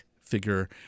figure